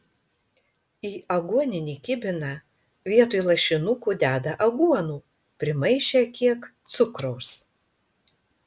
į aguoninį kibiną vietoj lašinukų deda aguonų primaišę kiek cukraus